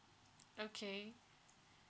okay